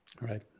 right